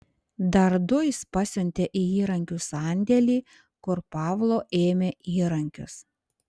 dar du jis pasiuntė į įrankių sandėlį kur pavlo ėmė įrankius